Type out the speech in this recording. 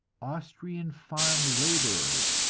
austrian farm laborers,